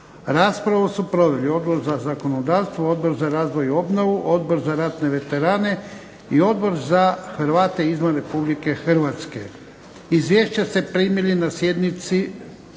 Raspravu su proveli Odbor za zakonodavstvo, Odbor za razvoj i obnovu, Odbor za ratne veterane i Odbor za Hrvate izvan Republike Hrvatske. Izvješća ste primili na sjednici.